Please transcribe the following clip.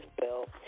bill